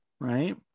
Right